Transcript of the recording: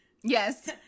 Yes